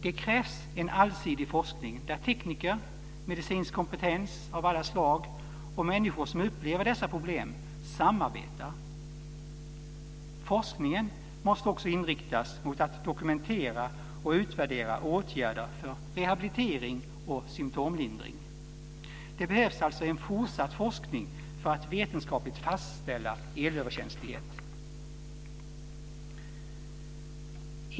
Det krävs en allsidig forskning där tekniker, medicinsk kompetens av alla slag och människor som upplever dessa problem samarbetar. Forskningen måste också inriktas mot att man dokumenterar och utvärderar åtgärder för rehabilitering och symtomlindring. Det behövs alltså fortsatt forskning för att vetenskapligt fastställa elöverkänslighet.